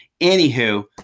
anywho